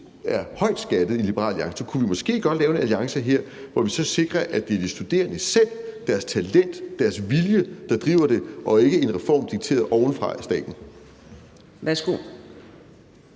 er højt skattet i Liberal Alliance, så kunne vi måske godt lave en alliance her, hvor vi så sikrer, at det er de studerende selv, deres talent og deres vilje, der driver det, og ikke en reform dikteret ovenfra af staten. Kl.